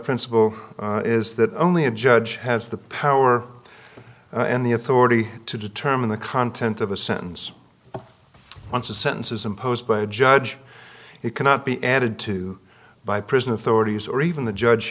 principle is that only a judge has the power and the authority to determine the content of a sentence once the sentences imposed by a judge it cannot be added to by prison authorities or even the judge